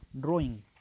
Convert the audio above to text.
drawing